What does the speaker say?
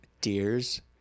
Deers